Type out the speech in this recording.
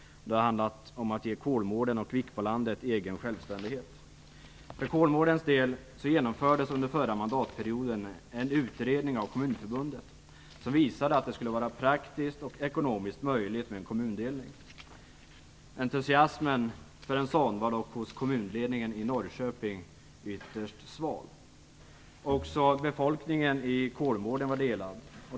Det har handlat om att ge Kolmården och Vikbolandet egen självständighet. För Kolmårdens del genomfördes under den förra mandatperioden en utredning av Kommunförbundet som visade att en kommundelning skulle vara praktiskt och ekonomiskt möjligt. Entusiasmen för en sådan var dock ytterst sval hos kommunledningen i Norrköping. Även befolkningen i Kolmården var delad.